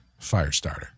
Firestarter